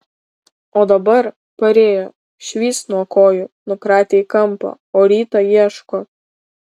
o dabar parėjo švyst nuo kojų nukratė į kampą o rytą ieško